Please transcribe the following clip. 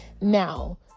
Now